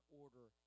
order